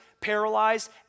paralyzed